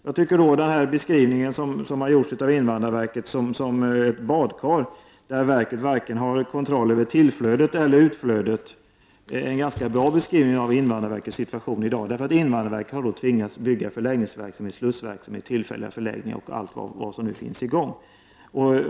Jag tycker att bilden av invandrarverket som ett badkar, där verket varken har kontroll över tillflödet eller utflödet, är en ganska bra beskrivning av invandrarverkets situation i dag. Invandrarverket har nämligen tvingats anordna förläggningsverksamhet, slussverksamhet, tillfälliga förläggningar och allt vad som nu finns i gång.